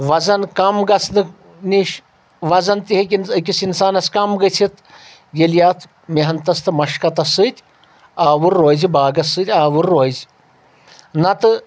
وَزَن کم گژھنہٕ نِش وَزَن تہِ ہیٚکہِ أکِس اِنسانَس کم گٔژھِتھ ییٚلہِ یہِ اَتھ محنتَس تہٕ مشکَتس سۭتۍ آوُر روٚزِ باغس سۭتۍ آوُر روزِ نَتہٕ